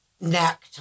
neck